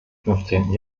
fünfzehnten